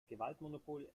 gewaltmonopol